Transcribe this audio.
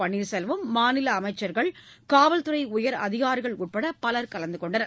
பன்னீர்செல்வம் மாநில அமைச்சர்கள் இந்த காவல்துறை உயர் அதிகாரிகள் உட்பட பலர் கலந்து கொண்டனர்